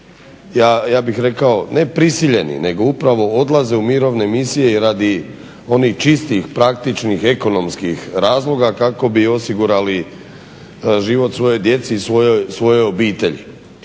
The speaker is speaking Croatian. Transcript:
ja bih rekao ne prisiljeni nego upravo odlaze u mirovne misije radi onih čistih, praktičnih, ekonomskih razloga kako bi osigurali život svojoj djeci i svojoj obitelji.